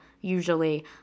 usually